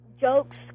jokes